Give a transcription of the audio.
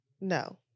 No